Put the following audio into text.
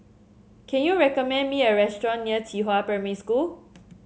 can you recommend me a restaurant near Qihua Primary School